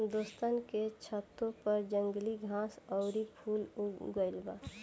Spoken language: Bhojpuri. दोस्तन के छतों पर जंगली घास आउर फूल उग गइल बा